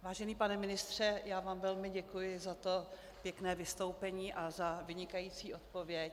Vážený pane ministře, já vám velmi děkuji za to pěkné vystoupení a za vynikající odpověď.